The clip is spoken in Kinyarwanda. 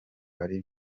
ari